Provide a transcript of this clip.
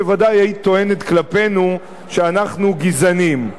ודאי היית טוענת כלפינו שאנחנו גזענים.